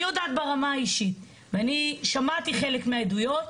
אני יודעת ברמה האישית ואני שמעתי חלק מהעדויות,